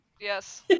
Yes